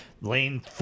lane